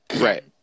Right